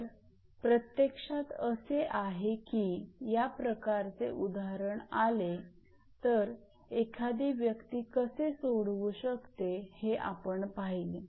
तर प्रत्यक्षात असे आहे की या प्रकारचे उदाहरण आले तर एखादी व्यक्ती कसे सोडवू शकते हे आपण पाहिले